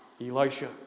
Elisha